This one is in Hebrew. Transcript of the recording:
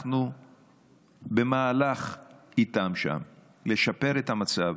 אנחנו במהלך איתם שם, לשפר את המצב.